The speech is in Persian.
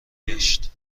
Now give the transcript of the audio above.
گشت